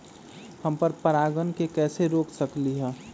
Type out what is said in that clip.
हम पर परागण के कैसे रोक सकली ह?